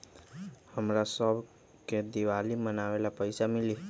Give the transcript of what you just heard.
हमरा शव के दिवाली मनावेला पैसा मिली?